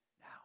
now